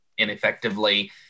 Ineffectively